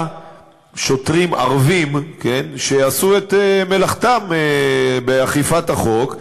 שוטרים ערבים שעשו את מלאכתם באכיפת החוק.